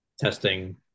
testing